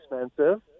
expensive